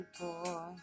boy